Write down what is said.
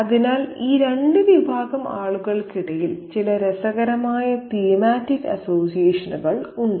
അതിനാൽ ഈ രണ്ട് വിഭാഗം ആളുകൾക്കിടയിൽ ചില രസകരമായ തീമാറ്റിക് അസോസിയേഷനുകൾ ഉണ്ട്